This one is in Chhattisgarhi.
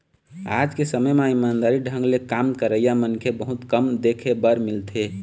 आज के समे म ईमानदारी ढंग ले काम करइया मनखे बहुत कम देख बर मिलथें